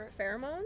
pheromones